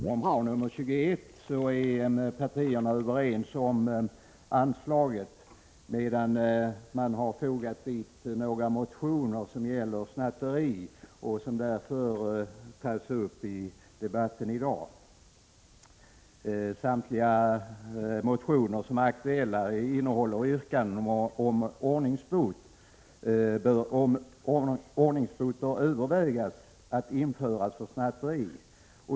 Herr talman! I betänkande nr 21 är partierna överens om anslagen. Några motioner som gäller snatteri behandlas i betänkandet, varför de tas upp i debatten i dag. Samtliga motioner som är aktuella innehåller yrkanden om att överväga att införa ordningsbot för snatteri.